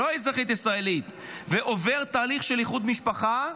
לא אזרחית ישראלית, ועובר תהליך של איחוד משפחה,